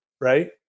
right